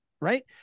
right